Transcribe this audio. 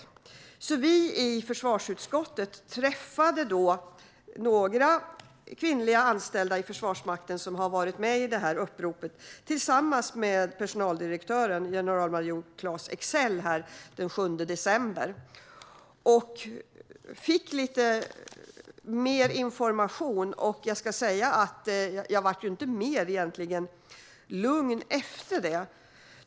Den 7 december träffade vi i försvarsutskottet några kvinnliga anställda vid Försvarsmakten som deltog i uppropet, tillsammans med personaldirektören, generalmajor Klas Eksell. Vi fick då lite mer information, men jag blev ju inte lugnad av det.